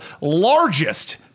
largest